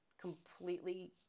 completely